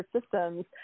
systems